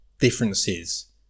differences